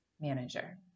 manager